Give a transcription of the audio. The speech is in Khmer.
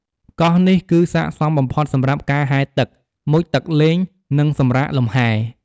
កោះនេះគឺស័ក្តិសមបំផុតសម្រាប់ការហែលទឹក មុជទឹកលេង និងសម្រាកលំហែ។